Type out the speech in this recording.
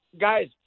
guys